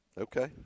Okay